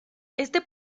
este